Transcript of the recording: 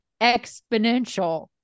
exponential